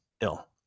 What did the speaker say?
ill